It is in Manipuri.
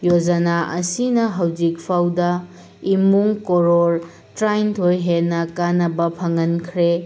ꯌꯣꯖꯥꯅꯥ ꯑꯁꯤꯅ ꯍꯧꯖꯤꯛ ꯐꯥꯎꯗ ꯏꯃꯨꯡ ꯀꯣꯔꯣꯔ ꯇꯔꯥꯅꯤꯊꯣꯏ ꯍꯦꯟꯅ ꯀꯥꯟꯅꯕ ꯐꯪꯍꯟꯈ꯭ꯔꯦ